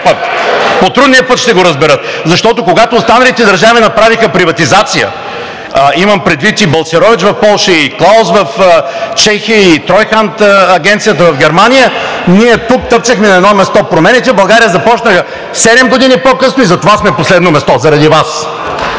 По трудния път ще го разберат! Защото, когато останалите държави направиха приватизация – имам предвид и Балцерович в Полша, и Клаус в Чехия, и „Тройханд“ агенцията в Германия, ние тук тъпчехме на едно място. Промените в България започнаха седем години по късно и затова сме на последно място – заради Вас.